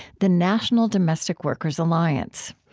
the national domestic workers alliance.